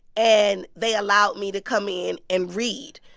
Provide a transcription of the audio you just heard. and they allowed me to come in and read.